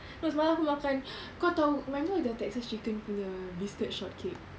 no semalam aku makan kau tahu remember the Texas Chicken punya biscuit shortcake